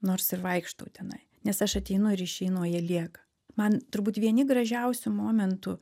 nors ir vaikštau tenai nes aš ateinu ir išeinu o jie lieka man turbūt vieni gražiausių momentų